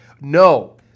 No